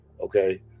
Okay